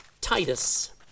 titus